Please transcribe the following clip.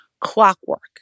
clockwork